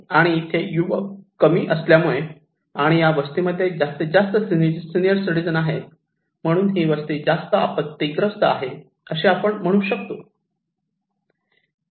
आणि इथे युवक कमी असल्यामुळे आणि या वस्तीमध्ये जास्तीत जास्त सीनियर सिटिझन आहेत म्हणून ही वस्ती जास्त आपत्तीग्रस्त आहे असे आपण म्हणू शकतो